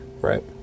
Right